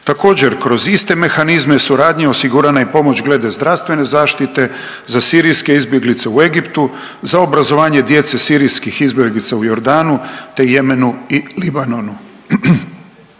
Također kroz iste mehanizme suradnje osigurana je i pomoć glede zdravstvene zaštite za sirijske izbjeglice u Egiptu, za obrazovanje djece sirijskih izbjeglica u Jordanu, te Jemenu i Libanonu.